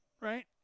right